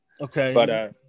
Okay